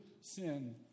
sin